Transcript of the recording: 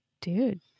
Dude